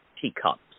teacups